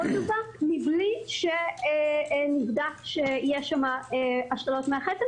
מולדובה, מבלי שנבדק שיש שם השתלות מח עצם.